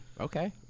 Okay